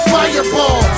Fireball